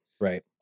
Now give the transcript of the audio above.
right